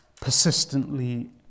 persistently